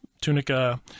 tunica